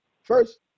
First